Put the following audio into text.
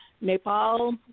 Nepal